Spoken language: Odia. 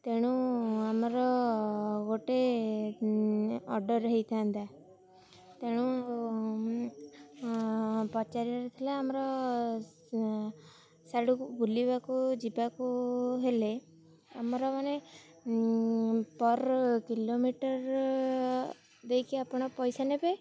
ତେଣୁ ଆମର ଗୋଟେ ଅର୍ଡ଼ର ହେଇଥାନ୍ତା ତେଣୁ ପଚାରିବାର ଥିଲା ଆମର ସିଆଡ଼କୁ ବୁଲିବାକୁ ଯିବାକୁ ହେଲେ ଆମର ମାନେ ପର କିଲୋମିଟର ଦେଇକି ଆପଣ ପଇସା ନେବେ